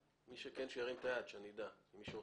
מי שרוצה לדבר, שירים את היד כדי שאני אדע על כך.